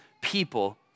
people